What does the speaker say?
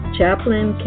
Chaplain